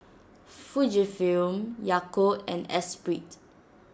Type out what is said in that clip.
Fujifilm Yakult and Espirit